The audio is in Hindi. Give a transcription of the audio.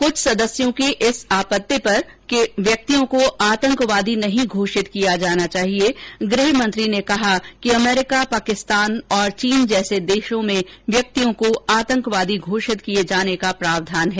कुछ सदस्यों की इस आपत्ति पर की व्यक्तियों को आंतकवादी नहीं घोषित किया जाना चाहिए गृह मंत्री ने कहा कि अमरीका पाकिस्तान और चीन जैसे देशों में व्यक्तियों को आंतकवादी घोषति किए जाने का प्रावधान है